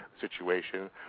situation